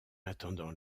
attendant